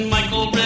Michael